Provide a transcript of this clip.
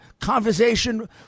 conversation